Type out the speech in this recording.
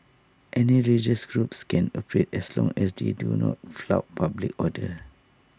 any religious groups can operate as long as they do not flout public order